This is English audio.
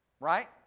right